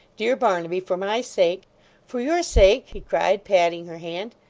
dear barnaby, for my sake for your sake he cried, patting her hand.